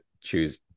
choose